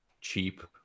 cheap